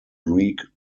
greek